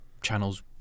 channels